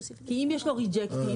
אם יש לו ריג'קטים,